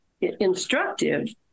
instructive